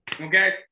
Okay